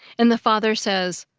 and the father says,